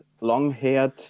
long-haired